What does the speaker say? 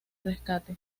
rescate